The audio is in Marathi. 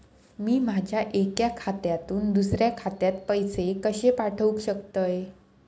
मी माझ्या एक्या खात्यासून दुसऱ्या खात्यात पैसे कशे पाठउक शकतय?